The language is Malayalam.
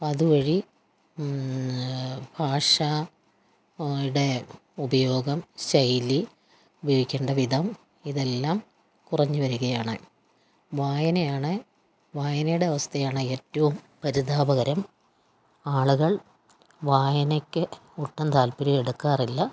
അപ്പം അതുവഴി ഭാഷ ആളുടെ ഉപയോഗം ശൈലി ഉപയോഗിക്കേണ്ട വിധം ഇതെല്ലാം കുറഞ്ഞുവരികയാണ് വായനയാണ് വായനയുടെ അവസ്ഥയാണ് ഏറ്റവും പരിതാപകരം ആളുകൾ വായനയ്ക്ക് ഒട്ടും താല്പര്യം എടുക്കാറില്ല